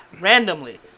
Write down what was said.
randomly